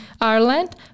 Ireland